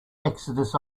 exodus